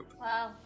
Wow